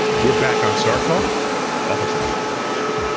we're back on star talk office hours edition.